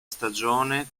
stagione